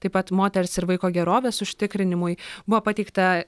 taip pat moters ir vaiko gerovės užtikrinimui buvo pateikta